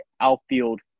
outfield